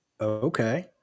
Okay